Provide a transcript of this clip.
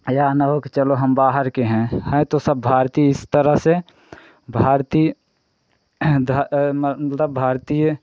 या ना हो कि चलो हम बाहर के हैं हैं तो सब भारतीय इस तरह से भारतीय हैं ध म मतलब भारतीय